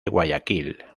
guayaquil